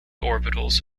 orbitals